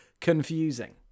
Confusing